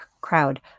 crowd